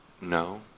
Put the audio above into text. No